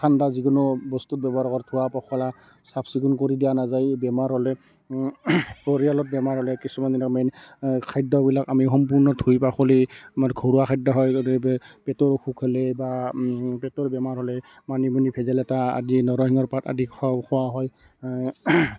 ঠাণ্ডা যিকোনো বস্তু ব্যৱহাৰ কৰা ধোৱা পখলা চাফ চিকুণ কৰি দিয়া নাযায় বেমাৰ হ'লে পৰিয়ালত বেমাৰ হ'লে কিছুমান এতিয়া মেইন খাদ্যবিলাক আমি সম্পূৰ্ণ ধুই পখালি আমাৰ ঘৰুৱা খাদ্য খাই পেটৰ অসুখ হ'লে বা পেটৰ বেমাৰ হ'লে মানিমুনি ভেদাইলতা আদি নৰসিংহৰ পাত আদি খুৱাওঁ খোৱা হয়